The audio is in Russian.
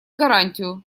гарантию